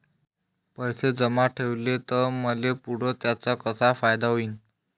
पैसे जमा ठेवले त मले पुढं त्याचा कसा फायदा होईन?